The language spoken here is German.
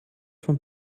von